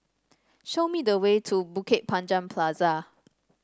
show me the way to Bukit Panjang Plaza